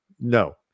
no